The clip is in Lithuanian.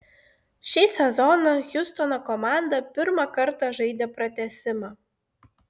šį sezoną hjustono komanda pirmą kartą žaidė pratęsimą